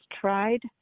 tried